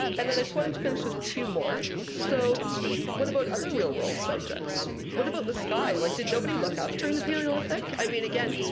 and then i just wanted to finish with two more. so what about other real world subjects? what about the sky? like, did nobody look up during the paleolithic? i mean, again,